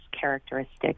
characteristics